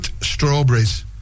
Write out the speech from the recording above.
strawberries